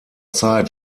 zeit